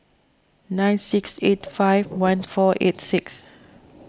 nine six eight five one four eight six